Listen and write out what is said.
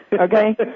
Okay